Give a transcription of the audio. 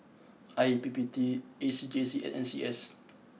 I P P T A C J C and N C S